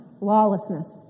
lawlessness